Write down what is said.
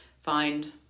find